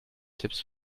tipps